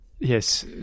Yes